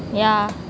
yeah